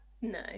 no